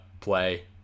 play